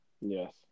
Yes